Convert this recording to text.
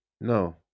No